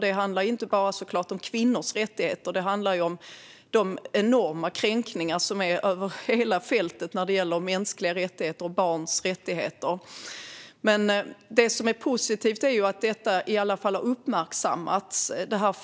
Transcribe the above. Det handlar såklart inte bara om kvinnors rättigheter. Det handlar om de enorma kränkningar som finns över hela fältet när det gäller mänskliga rättigheter och barns rättigheter. Det som är positivt är att det här fallet i alla fall har uppmärksammats.